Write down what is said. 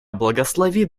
благословит